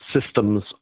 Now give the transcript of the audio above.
systems